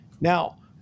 Now